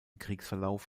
kriegsverlauf